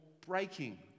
breaking